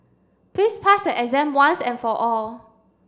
please pass your exam once and for all